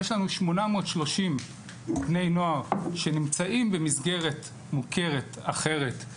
יש לנו 830 בני נוער שנמצאים במסגרת מוכרת אחרת,